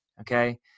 Okay